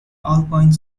alpine